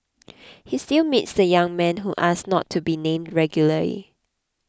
he still meets the young man who asked not to be named regularly